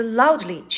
loudly